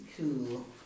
cool